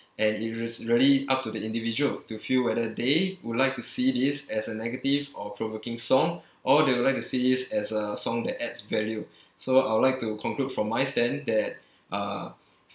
and it is really up to the individual to feel whether they would like to see this as a negative or provoking song or they would like to see it as a song that adds value so I would like to conclude from my stand that uh